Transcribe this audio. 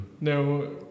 No